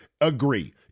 agree